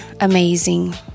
amazing